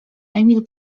emil